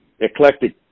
eclectic